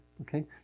okay